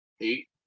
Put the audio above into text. Eight